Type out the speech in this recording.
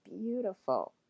beautiful